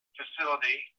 facility